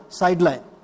sideline